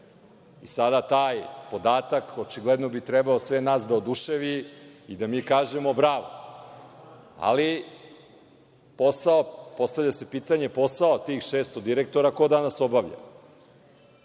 Sada taj podatak očigledno bi trebao sve nas da oduševi i da mi kažemo bravo, ali postavlja se pitanje – posao tih 600 direktora ko danas obavlja,